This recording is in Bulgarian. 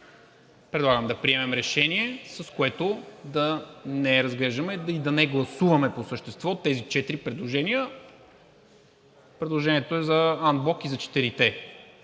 Предлагам да приемем решение, с което да не разглеждаме и да не гласуваме по същество тези четири предложения. Предложението е за анблок и за